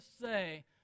say